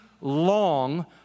long